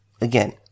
again